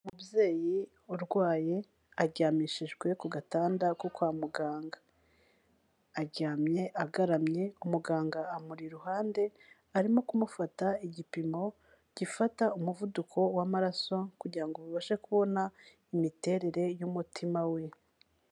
Umubyeyi urwaye aryamishijwe ku gatanda ko kwa muganga. Aryamye agaramye umuganga amu iruhande, arimo kumufata igipimo gifata umuvuduko w'amaraso kugira ngo abashe kubona imiterere y'umutima we.